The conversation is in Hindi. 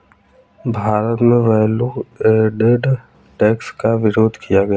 भारत में वैल्यू एडेड टैक्स का विरोध किया गया